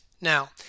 Now